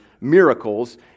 miracles